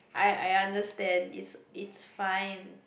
I I understand it's it's fine